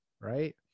Right